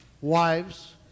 wives